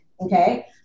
okay